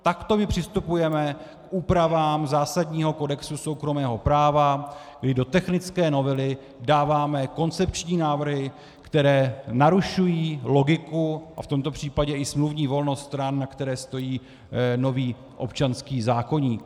Takto my přistupujeme k úpravám zásadního kodexu soukromého práva, kdy do technické novely dáváme koncepční návrhy, které narušují logiku a v tomto případě i smluvní volnost stran, na které stojí nový občanský zákoník.